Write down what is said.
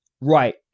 Right